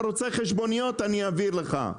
אם אתה רוצה חשבוניות אני אעביר לך.